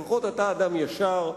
לפחות אתה אדם ישר,